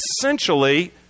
essentially